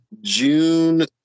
June